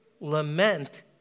lament